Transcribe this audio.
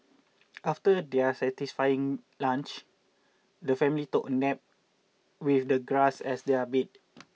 after their satisfying lunch the family took a nap with the grass as their bed